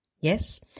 Yes